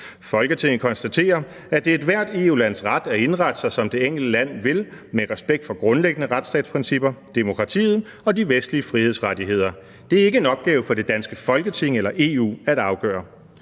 Folketinget konstaterer, at det er ethvert EU-lands ret at indrette sig, som det enkelte land vil, med respekt for grundlæggende retsstatsprincipper, demokratiet og de vestlige frihedsrettigheder. Det er ikke en opgave for det danske Folketing eller EU at afgøre.